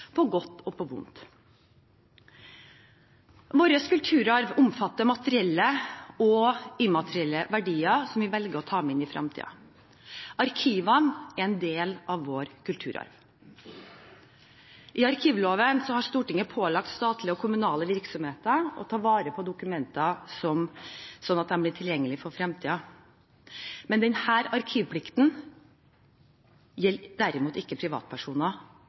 på godt og vondt. Vår kulturarv omfatter materielle og immaterielle verdier som vi velger å ta med inn i fremtiden. Arkivene er en del av vår kulturarv. I arkivloven har Stortinget pålagt statlige og kommunale virksomheter å ta vare på sine dokumenter slik at de blir tilgjengelige for fremtiden. Denne arkivplikten gjelder derimot ikke privatpersoner,